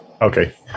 Okay